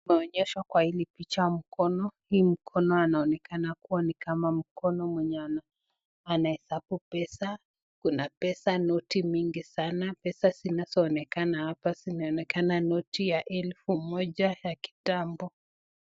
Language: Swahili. Tunaoneshwa kwa hili picha mkono, hii mkono anaonekana kuwa ni kama mkono mwenye anahesabu pesa ,kuna pesa noti mingi sana, pesa zinazoonekana hapa zinaonekana noti ya elfu moja ya kitambo.